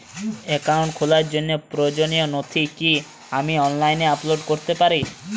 Account খোলার জন্য প্রয়োজনীয় নথি কি আমি অনলাইনে আপলোড করতে পারি?